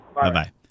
Bye-bye